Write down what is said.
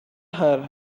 her